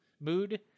mood